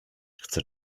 chce